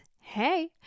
hey